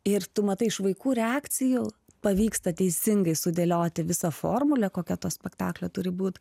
ir tu matai iš vaikų reakcijų pavyksta teisingai sudėlioti visą formulę kokia to spektaklio turi būt